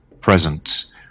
presence